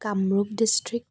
Kamrup district